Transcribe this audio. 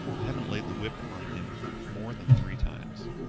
i haven't laid the whip on him more than three times.